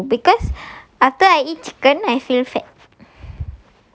I think so because after I chicken I feel fat